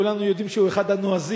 כולנו יודעים שהוא אחד הנועזים,